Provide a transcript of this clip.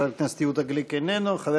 חבר הכנסת יהודה גליק, אינו נוכח.